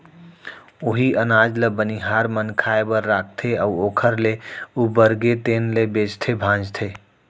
उहीं अनाज ल बनिहार मन खाए बर राखथे अउ ओखर ले उबरगे तेन ल बेचथे भांजथे